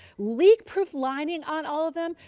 lead proof lining on all of them.